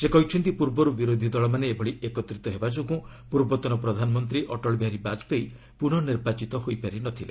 ସେ କହିଛନ୍ତି ପୂର୍ବରୁ ବିରୋଧୀ ଦଳମାନେ ଏଭଳି ଏକତ୍ରିତ ହେବା ଯୋଗୁଁ ପୂର୍ବତନ ପ୍ରଧାନମନ୍ତ୍ରୀ ଅଟଳ ବିହାରୀ ବାଜପେୟୀ ପୁନଃ ନିର୍ବାଚିତ ହୋଇପାରି ନ ଥିଲେ